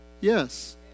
Yes